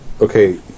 okay